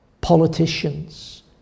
politicians